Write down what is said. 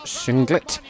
singlet